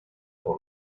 por